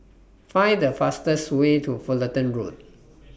Find The fastest Way to Fullerton Road